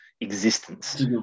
existence